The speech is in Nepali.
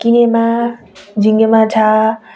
किनेमा झिँगे माछा